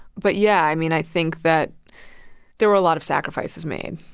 but yeah, i mean, i think that there were a lot of sacrifices made,